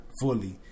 fully